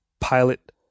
Pilot